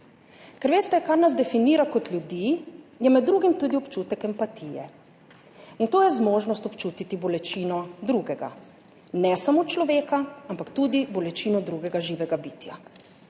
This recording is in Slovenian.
ker veste, kar nas definira kot ljudi, je med drugim tudi občutek empatije in to je zmožnost občutiti bolečino drugega, ne samo človeka, ampak tudi bolečino drugega živega bitja.